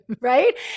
Right